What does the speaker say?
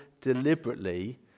deliberately